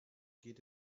geht